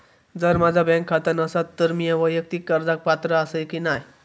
जर माझा बँक खाता नसात तर मीया वैयक्तिक कर्जाक पात्र आसय की नाय?